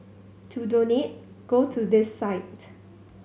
to donate go to this site